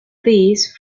these